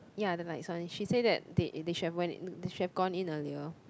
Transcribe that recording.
ya the lights one she say that they they should have went in they should have gone in earlier